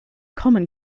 common